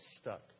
stuck